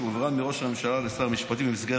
שהועברו מראש הממשלה לשר המשפטים במסגרת